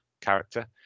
character